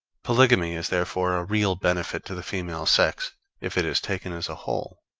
polygamy is therefore a real benefit to the female sex if it is taken as a whole.